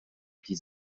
die